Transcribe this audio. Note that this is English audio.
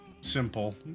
simple